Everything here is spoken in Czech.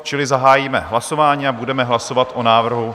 Čili zahájíme hlasování a budeme hlasovat o návrhu.